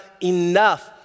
enough